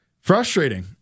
frustrating